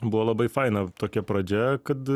buvo labai faina tokia pradžia kad